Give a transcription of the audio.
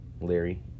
Larry